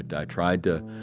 and i tried to,